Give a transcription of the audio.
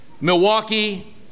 Milwaukee